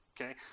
Okay